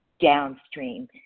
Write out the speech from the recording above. downstream